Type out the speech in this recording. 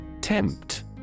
Tempt